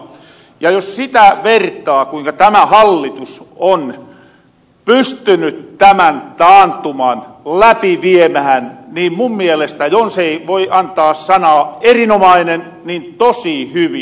ja jos sitä vertaa kuinka tämä hallitus on pystyny tämän taantuman läpi viemähän niin mun mielestä jos ei voi antaa sanaa erinomainen niin tosi hyvin